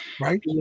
Right